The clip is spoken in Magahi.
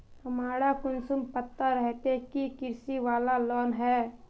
हमरा कुंसम पता रहते की इ कृषि वाला लोन है?